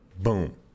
Boom